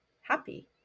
happy